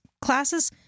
classes